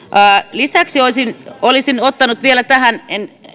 lisäksi olisin olisin ottanut esille vielä